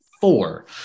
four